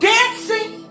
Dancing